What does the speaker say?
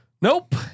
Nope